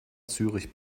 zürich